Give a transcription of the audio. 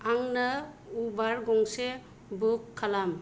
आंनो उबार गंसे बुक खालाम